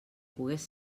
pogués